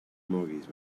moguis